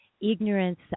ignorance